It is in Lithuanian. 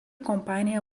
kompanija